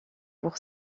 pour